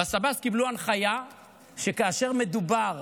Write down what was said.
בשב"ס קיבלו הנחיה שכאשר מדובר